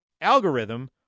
algorithm